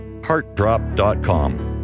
heartdrop.com